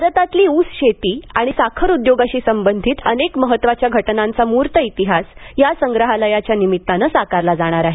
भारतातली ऊसशेती आणि साखर उद्योगाशी संबंधित अनेक महत्त्वाच्या घटनांचा मूर्त इतिहास या संग्रहालयाच्या निमित्तानं साकारला जाणार आहे